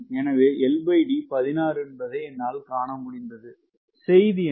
எனவே LD 16 என்பதை என்னால் காண முடிந்தது செய்தி என்ன